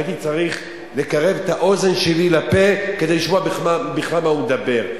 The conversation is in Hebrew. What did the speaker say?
הייתי צריך לקרב את האוזן שלי לפה כדי לשמוע בכלל מה הוא מדבר.